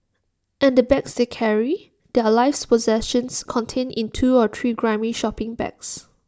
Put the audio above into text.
and the bags they carry their life's possessions contained in two or three grimy shopping bags